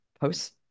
posts